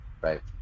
right